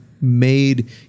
made